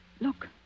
Look